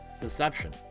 deception